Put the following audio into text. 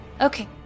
Okay